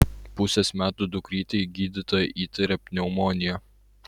pusės metų dukrytei gydytoja įtaria pneumoniją